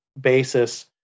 basis